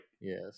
Yes